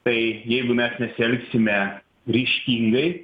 tai jeigu mes nesielgsime ryžtingai